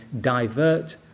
divert